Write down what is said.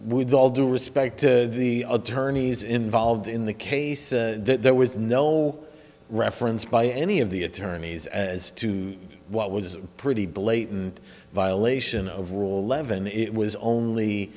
with all due respect to the attorneys involved in the case there was no reference by any of the attorneys as to what was pretty blatant violation of rule eleven it was only